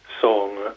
song